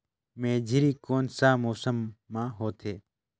मेझरी कोन सा मौसम मां होथे?